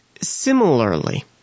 similarly